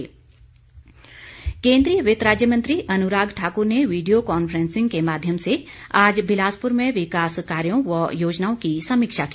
अनुराग ठाकुर केन्द्रीय वित्त राज्य मंत्री अनुराग ठाकुर ने वीडियो कॉन्फ्रेंसिंग के माध्यम से आज बिलासप्र में विकास कार्यों व योजनाओं की समीक्षा की